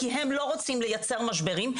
כי הם לא רוצים לייצר משברים,